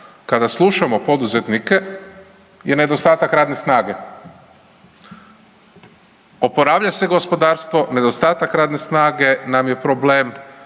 kada slušamo poduzetnike je nedostatak radne snage. Oporavlja se gospodarstvo, nedostatak radne snage nam je problem,